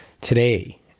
Today